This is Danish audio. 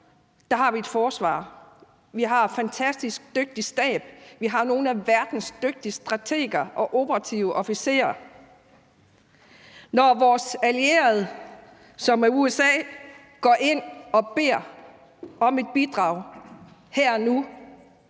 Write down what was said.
har vi et forsvar, vi har en fantastisk dygtig stab, vi har nogle af verdens dygtigste strateger og operative officerer. Når vores allierede, som er USA, går ind og beder os om et bidrag her og nu